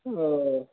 oh